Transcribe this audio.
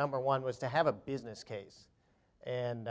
number one was to have a business case and